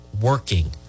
working